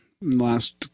last